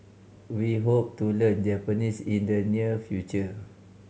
we hope to learn Japanese in the near future